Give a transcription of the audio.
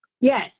Yes